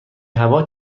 هوا